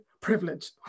privilege